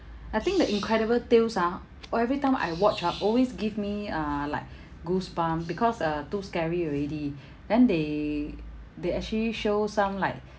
I think the incredible tales ah or every time I watch ah always give me uh like goosebump because uh too scary already then they they actually show some like